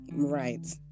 right